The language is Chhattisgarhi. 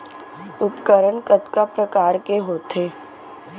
उपकरण कतका प्रकार के होथे?